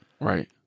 Right